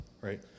right